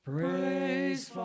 Praise